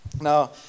now